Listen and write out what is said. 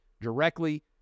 directly